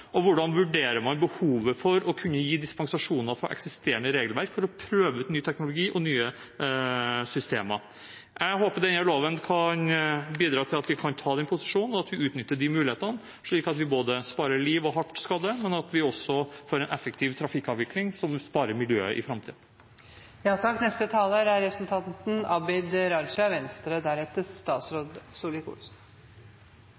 Og hvordan vurderer man behovet for å kunne gi dispensasjoner fra eksisterende regelverk for å prøve ut ny teknologi og nye systemer? Jeg håper denne loven bidrar til at vi kan innta denne posisjonen og utnytte mulighetene, slik at vi sparer liv og hardt skadde, men at vi også får en effektiv trafikkavvikling som sparer miljøet i